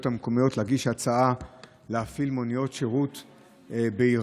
המקומיות להגיש הצעה להפעיל מוניות שירות בעירם.